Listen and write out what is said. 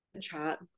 chat